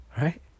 right